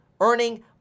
earning